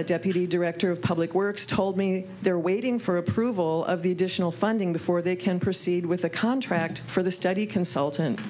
and deputy director of public works told me they're waiting for approval of the additional funding before they can proceed with the contract for the study consultant